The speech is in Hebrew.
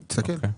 תסתכל.